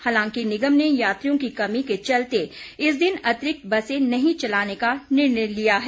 हालांकि निगम ने यात्रियों की कमी के चलते इस दिन अतिरिक्त बसें नहीं चलाने का निर्णय लिया है